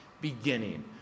beginning